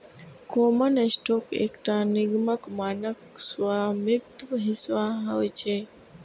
common stock एकटा निगमक मानक स्वामित्व हिस्सा होइ छै